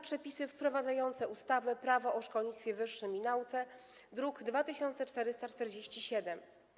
Przepisy wprowadzające ustawę Prawo o szkolnictwie wyższym i nauce, druk nr 2447.